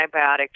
antibiotic